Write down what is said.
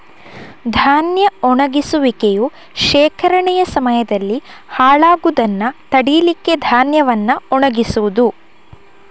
ಧಾನ್ಯ ಒಣಗಿಸುವಿಕೆಯು ಶೇಖರಣೆಯ ಸಮಯದಲ್ಲಿ ಹಾಳಾಗುದನ್ನ ತಡೀಲಿಕ್ಕೆ ಧಾನ್ಯವನ್ನ ಒಣಗಿಸುದು